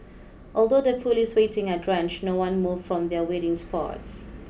although the police waiting are drenched no one moved from their waiting spots